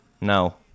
No